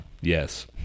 Yes